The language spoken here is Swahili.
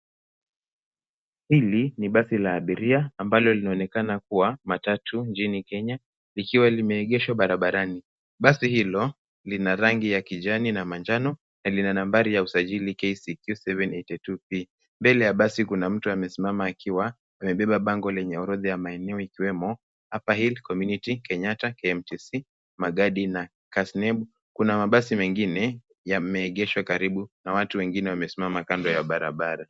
Hili ni basi la abiria, ambalo linaonekana kuwa matatu mjini Kenya, likiwa limeegeshwa barabarani. Basi hilo lina rangi ya kijani na manjano na lina nambari ya usajili KCQ 782 P.Mbele ya basi kuna mtu amesimama akiwa amebeba bango lenye orodha ya maeneo ikiwemo, Uperhill, Community, Kenyatta, KMTC,Magadi na Kasneb. Kuna mabasi mengine yameegeshwa karibu, na watu wengine wamesimama kando ya barabara.